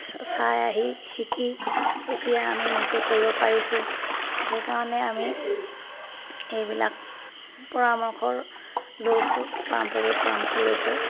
চাই আহি শিকি এতিয়া আমি নিজে কৰিব পাৰিছোঁ সেইকাৰণে আমি এইবিলাক পৰামৰ্শ লৈছোঁ পাৰম্পৰিক পৰামৰ্শ লৈছোঁ